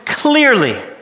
Clearly